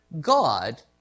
God